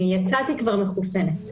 אני יצאתי כבר מחוסנת.